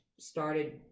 Started